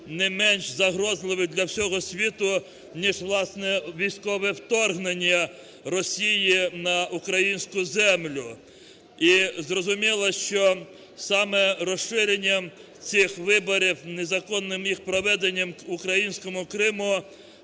не менш загрозливий для всього світу, ніж, власне, військове вторгнення Росії на українську землю і зрозуміло, що саме розширенням цих виборів, незаконним їх проведенням в українському Криму